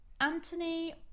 Anthony